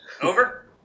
Over